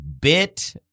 bit